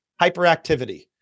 hyperactivity